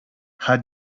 her